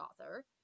author